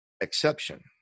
exception